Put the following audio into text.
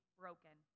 broken